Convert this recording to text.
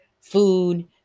food